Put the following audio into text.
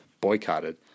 boycotted